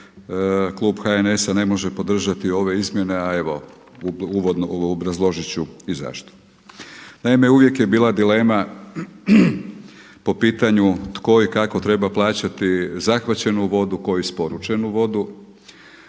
klub HNS-a ne može podržati ove izmjene, a evo obrazložit ću i zašto. Naime, uvije je bila dilema po pitanju tko i kako treba plaćati zahvaćenu vodu, tko isporučenu vodu.